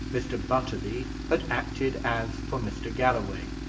mr. butterby had acted as for mr. galloway.